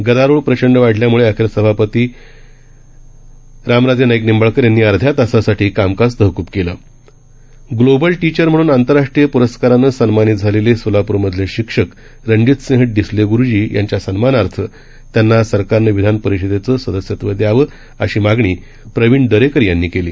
गदारोळप्रचंडवाढल्यामुळेअखेरसभापतीरामराजेनाईकनिंबाळकरयांनीअध्यातासासाठीकामकाजतहकबकेलं ग्लोबलटीचरम्हणूनआंतरराष्ट्रीयप्रस्कारानंसन्मानितझालेलेसोलाप्रमधलेशिक्षकरणजितसिंहडिसलेग्रू जीयांच्यासन्मानार्थत्यांनासरकारनंविधानपरिषदेचंसदस्यत्वद्यावं अशीमागणीप्रवीणदरेकरयांनीकेली